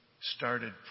started